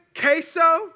queso